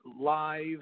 live